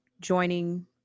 joining